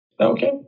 okay